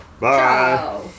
Bye